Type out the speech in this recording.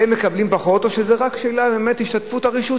והם מקבלים פחות או שזה באמת שאלה של השתתפות הרשות,